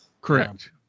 Correct